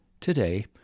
Today